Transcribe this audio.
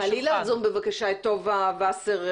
תעלי ל-זום בבקשה את טובה ווסר,